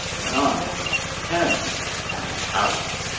nine ten and out!